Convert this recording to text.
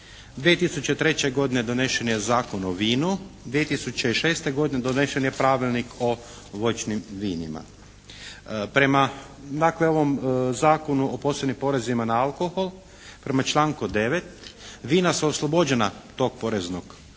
2003. godine donesen je Zakon o vinu, 2006. godine donesen je pravilnik o voćnim vinima. Prema dakle ovom Zakonu o posebnim porezima na alkohol prema članku 9. vina su oslobođena tog poreznog